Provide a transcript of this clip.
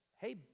hey